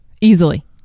easily